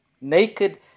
Naked